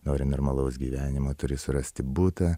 nori normalaus gyvenimo turi surasti butą